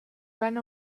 ran